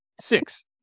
Six